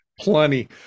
Plenty